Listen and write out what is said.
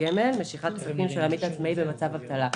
גמל (משיכת כספים של עמית עצמאי במצב אבטלה).